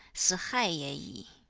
si hai ye